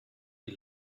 die